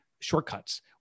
shortcuts